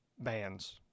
bands –